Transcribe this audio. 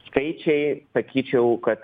skaičiai sakyčiau kad